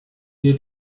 wir